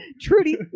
Trudy